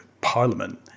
Parliament